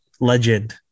legend